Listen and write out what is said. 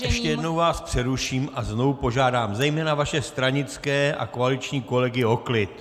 Ještě jednou vás přeruším a znovu požádám zejména vaše stranické a koaliční kolegy o klid!